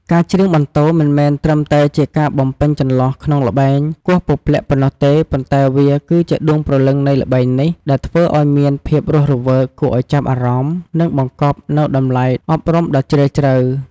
ការច្រៀងបន្ទរមិនមែនត្រឹមតែជាការបំពេញចន្លោះក្នុងល្បែងគោះពព្លាក់ប៉ុណ្ណោះទេ ប៉ុន្តែវាគឺជាដួងព្រលឹងនៃល្បែងនេះ ដែលធ្វើឱ្យវាមានភាពរស់រវើក គួរឱ្យចាប់អារម្មណ៍ និងបង្កប់នូវតម្លៃអប់រំដ៏ជ្រាលជ្រៅ។